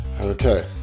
Okay